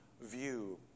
view